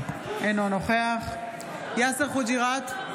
נגד יאסר חוג'יראת,